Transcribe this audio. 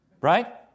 right